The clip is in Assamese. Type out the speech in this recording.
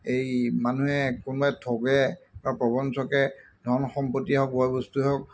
এই মানুহে কোনোবাই ঠগে বা প্ৰৱঞ্চকে ধন সম্পত্তিয়ে হওক বয় বস্তুৱেই হওক